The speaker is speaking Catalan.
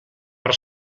per